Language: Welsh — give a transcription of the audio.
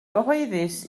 cyhoeddus